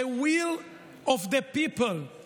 The will of the people,